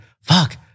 fuck